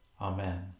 Amen